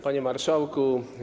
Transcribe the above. Panie Marszałku!